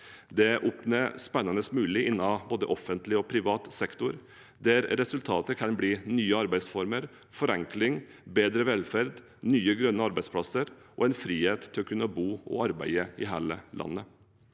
Det åpner spennende muligheter innen både offentlig og privat sektor, der resultatet kan bli nye arbeidsformer, forenkling, bedre velferd, nye grønne arbeidsplasser og en frihet til å kunne bo og arbeide i hele landet.